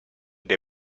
the